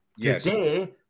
Today